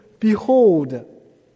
Behold